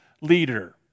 leader